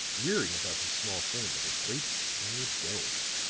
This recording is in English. rearing above his small frame like a great, bare dome